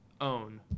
own